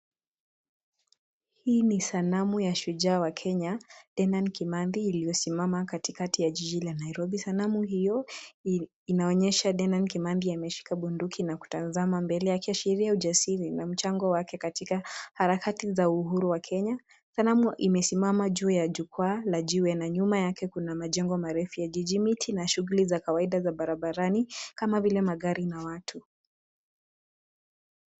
Hii ni sanamu ya shujaa wa Kenya Dedan Kimathi iliyosimama katikati ya jiji la Nairobi. Sanamu hiyo inaonyesha Dedan Kimathi ameshika bunduki na kutazama mbele yake; sheria ya ujasiri na mchango wake katika harakati za uhuru wa Kenya. Sanamu imesimama juu ya jukwaa la jiwe na nyuma yake kuna majengo marefu ya jiji, miti na shughuli za kawaida za barabarani kama vile magari na watu.